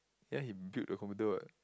ya he built the computer what